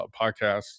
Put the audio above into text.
podcast